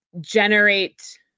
generate